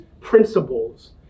principles